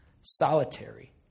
solitary